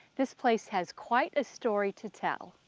this place has quite a story to tell.